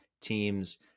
teams